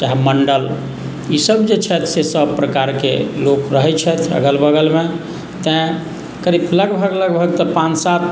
चाहे मण्डल ईसब जे छथि से सब प्रकारके लोक रहै छथि अगल बगलमे तेँ करीब लगभग लगभग तऽ पाँच सात